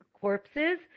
corpses